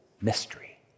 mystery